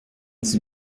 sie